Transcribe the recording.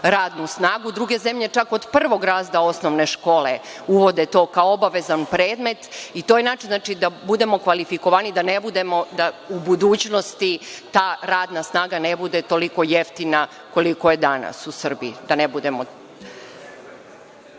radnu snagu. Druge zemlje čak od prvog razreda osnovne škole uvode to kao obavezan predmet i to je način da budemo kvalifikovaniji, da u budućnosti ta radna snaga ne bude toliko jeftina koliko je danas u Srbiji.